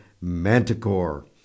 Manticore